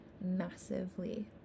massively